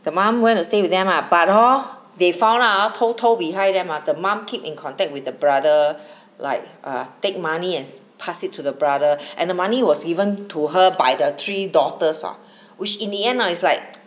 the mom went to stay with them ah but hor they found out 她偷偷 behind them ah the mom keep in contact with the brother like err take money and pass it to the brother and the money was given to her by the three daughters ah which in the end ah is like